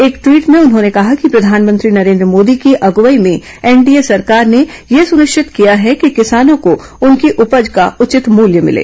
एक ट्वीट में उन्होंने कहा कि प्रधानमंत्री नरेन्द्र मोदी की अगुवाई में एनडीए सरकार ने यह सुनिश्चित किया है कि किसानों को उनकी उपज का उचित मूल्य मिले